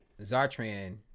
Zartran